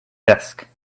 desk